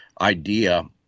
idea